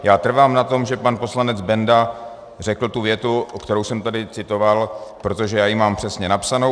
Já trvám na tom, že pan poslanec Benda řekl tu větu, kterou jsem tady citoval, protože já ji mám přesně napsanou.